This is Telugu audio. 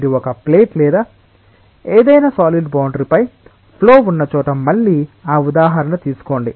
మీరు ఒక ప్లేట్ లేదా ఏదైనా సాలిడ్ బౌండరీ పై ఫ్లో ఉన్న చోట మళ్ళీ ఆ ఉదాహరణ తీసుకోండి